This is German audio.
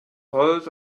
holz